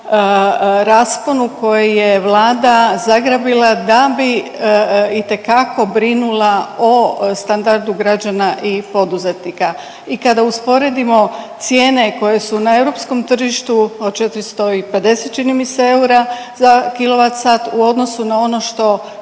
rasponu koji je vlada zagrabila da bi itekako brinula o standardu građana i poduzetnika. I kada usporedimo cijene koje su na europskom tržištu od 450 čini mi se eura za kWh u odnosu na ono što